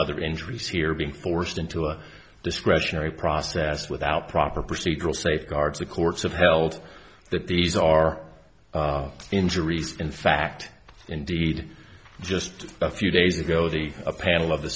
other injuries here being forced into a discretionary process without proper procedural safeguards the courts have held that these are injuries in fact indeed just a few days ago the a panel of the